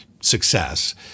success